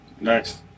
next